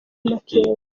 amakenga